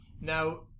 Now